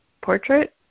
portrait